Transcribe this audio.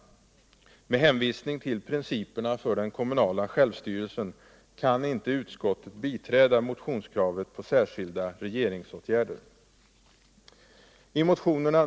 Med hänvisning till principerna för den kommunala självstyrelsen kan inte utskottet biträda motionskravet på särskilda regeringsåtgärder.